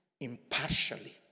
impartially